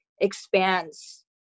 expands